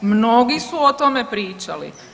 Mnogi su o tome pričali.